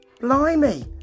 Blimey